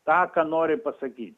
tą ką nori pasakyt